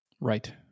Right